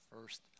first